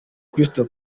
crystal